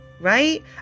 Right